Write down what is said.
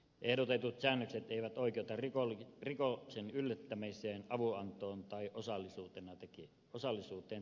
ehdotetut säännökset eivät oikeuta rikokseen yllyttämiseen avunantoon tai osallisuuteen tekijänä